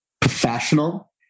professional